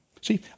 See